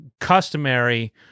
customary